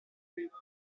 comunque